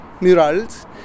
murals